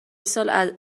سال